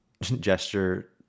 gesture